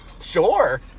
sure